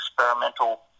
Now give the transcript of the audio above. experimental